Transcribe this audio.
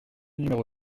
numéro